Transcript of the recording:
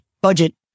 budget